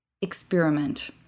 experiment